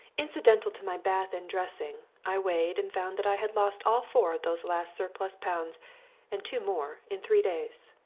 incidental to my bath and dressing, i weighed and found that i had lost all four of those last surplus pounds and two more in three days.